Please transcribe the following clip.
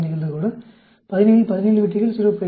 5 நிகழ்தகவுடன் 17 இல் 17 வெற்றிகள் 0